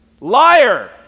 Liar